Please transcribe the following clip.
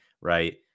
right